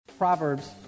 Proverbs